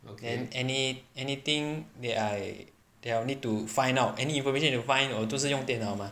then any~ anything that I need to find out any information need to find 我就是用电脑吗